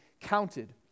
counted